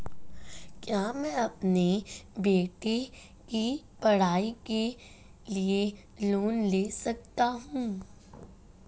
क्या मैं अपने बेटे की पढ़ाई के लिए लोंन ले सकता हूं?